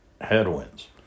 headwinds